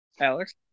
Alex